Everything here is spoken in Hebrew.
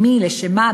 מי עם מי / לשם מה,